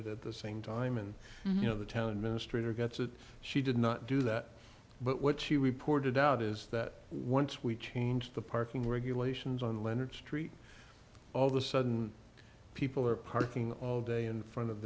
it at the same time and you know the town administrator gets it she did not do that but what she reported out is that once we change the parking regulations on leonard street all the sudden people are parking all day in front of